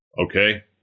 okay